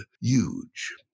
huge